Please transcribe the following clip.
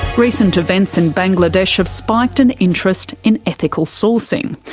recent events in bangladesh have spiked an interest in ethical sourcing.